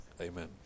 Amen